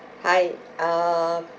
hi uh